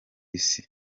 isi